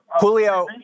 Julio